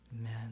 Amen